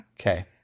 Okay